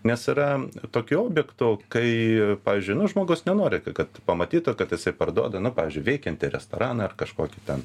nes yra tokių objektų kai pavyzdžiui nu žmogus nenori ka kad pamatytų kad jisai parduoda nu pavyzdžiui veikiantį restoraną ar kažkokį ten